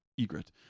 egret